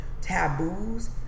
taboos